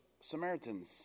Samaritans